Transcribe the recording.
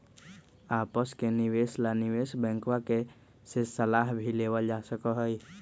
आपस के निवेश ला निवेश बैंकवा से सलाह भी लेवल जा सका हई